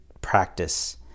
practice